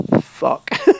fuck